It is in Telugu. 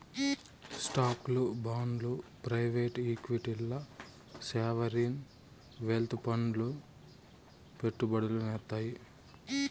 స్టాక్లు, బాండ్లు ప్రైవేట్ ఈక్విటీల్ల సావరీన్ వెల్త్ ఫండ్లు పెట్టుబడులు సేత్తాయి